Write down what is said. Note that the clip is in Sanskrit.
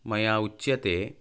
मया उच्यते